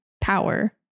power